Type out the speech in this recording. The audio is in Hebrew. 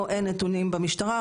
או אין נתונים במשטרה,